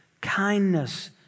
kindness